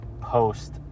post